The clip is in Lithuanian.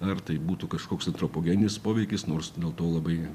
ar tai būtų kažkoks antropogeninis poveikis nors dėl to labai